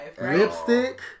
Lipstick